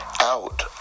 Out